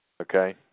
Okay